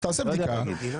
עוד לא בדקנו את זה.